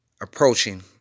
approaching